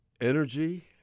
energy